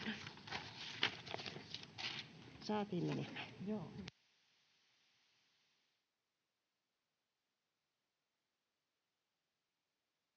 Kiitos,